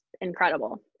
incredible